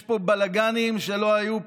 יש פה בלגנים שלא היו פה.